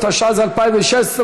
התשע"ז 2016,